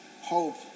hope